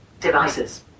Devices